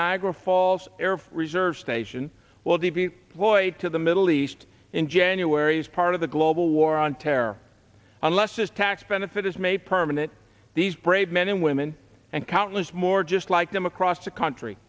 niagara falls air reserve station well the void to the middle east in january as part of the global war on terror unless this tax benefit is made permanent these brave men and women and countless more just like them across the country